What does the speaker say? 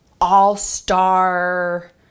all-star